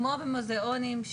כמו במוזיאונים,